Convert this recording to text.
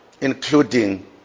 including